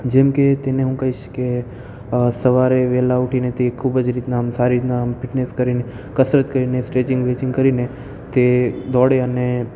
જેમકે તેને હું કહીશ કે સવારે વહેલા ઊઠીને તે ખૂબ જ રીતના આમ સારી રીતના આમ ફિટનેસ કરીને કસરત કરીને સ્ટ્રેચિંગ બેચિંગ કરીને તે દોડે અને